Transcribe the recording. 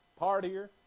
partier